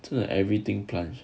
真的 everything plunge